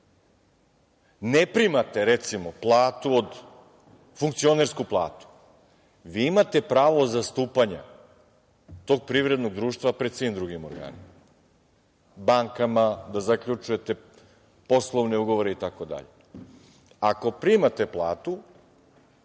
ne primate, recimo, funkcionersku platu? Vi imate pravo zastupanja tog Privrednog društva pred svim drugim organima, bankama, da zaključujete poslovne ugovore i tako dalje. Ako primate platu